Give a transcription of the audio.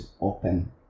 open